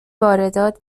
واردات